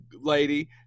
lady